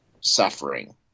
suffering